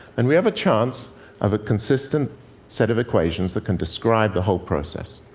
and we have a chance of a consistent set of equations that can describe the whole process.